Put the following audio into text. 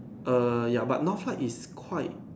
err ya but Northlight is quite